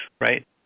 right